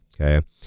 Okay